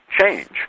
change